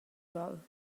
val